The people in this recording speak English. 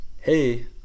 hey